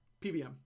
pbm